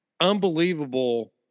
unbelievable